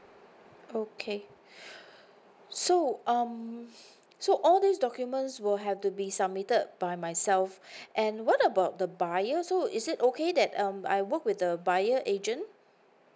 okay so um so all these documents will have to be submitted by myself and what about the buyer so is it okay that um I work with the buyer agent